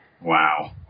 Wow